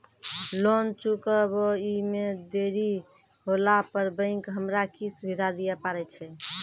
Loan चुकब इ मे देरी होला पर बैंक हमरा की सुविधा दिये पारे छै?